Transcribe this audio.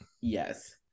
Yes